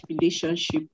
relationship